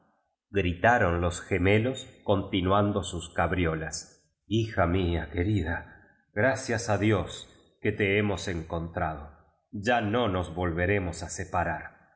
gritaron los gemelos continuando sus ca briolas hija ruin querida gradas a dios que le liemos encontrado ya no nos volveremos a separaroatmutiraba